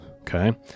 Okay